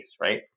right